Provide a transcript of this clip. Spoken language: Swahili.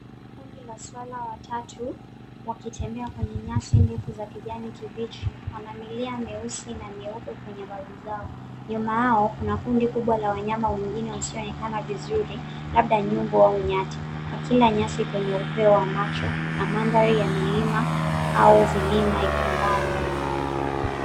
kundi la swara watatu, wakitembea kwenye nyasi ndefu za kijani kibichi, wana milia meusi na meupe kwenye bavu zao. Nyuma yao, kuna kundi kubwa la wanyama wengine wasioonekana vizuri, labda nyumbu au nyati. Kwa kila nyasi kwenye upeo wa macho, na mandhari ya milima au vilima iko mbali.